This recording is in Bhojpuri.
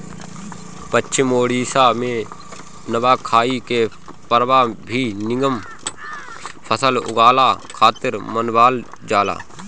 पश्चिम ओडिसा में नवाखाई के परब भी निमन फसल उगला खातिर मनावल जाला